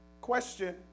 Question